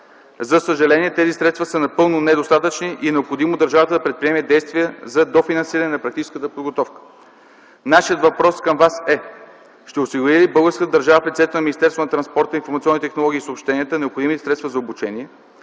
За съжаление тези средства са напълно недостатъчни и е необходимо държавата да предприеме действия за дофинансиране на практическата подготовка. Нашият въпрос към Вас е: ще осигури ли българската държава в лицето на Министерството на